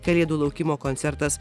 kalėdų laukimo koncertas